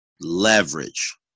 Leverage